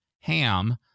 ham